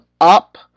up